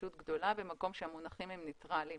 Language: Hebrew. גמישות גדולה במקום שהמונחים הם ניטרליים.